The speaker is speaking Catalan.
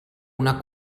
una